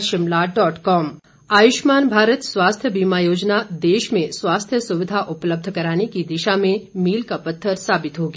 आयुष्मान आयुष्मान भारत स्वास्थ्य बीमा योजना देश में स्वास्थ्य सुविधा उपलब्ध कराने की दिशा में मील का पत्थर साबित होगी